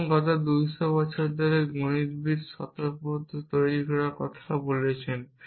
সুতরাং গত 200 বছর ধরে গণিতবিদ স্বতঃসিদ্ধ সিস্টেম তৈরির কথা বলছেন